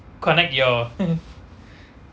connect your